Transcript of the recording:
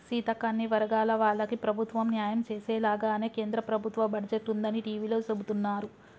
సీతక్క అన్ని వర్గాల వాళ్లకి ప్రభుత్వం న్యాయం చేసేలాగానే కేంద్ర ప్రభుత్వ బడ్జెట్ ఉందని టివీలో సెబుతున్నారు